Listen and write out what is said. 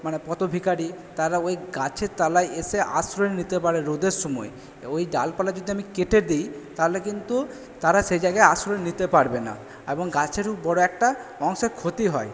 মানে পথ ভিখারি তারা ওই গাছের তলায় এসে আশ্রয় নিতে পারে রোদের সময় ওই ডালপালা যদি আমি কেটে দিই তালে কিন্তু তারা সেই জায়গায় আশ্রয় নিতে পারবে না এবং গাছেরও বড় একটা অংশের ক্ষতি হয়